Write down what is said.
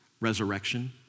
resurrection